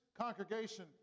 congregation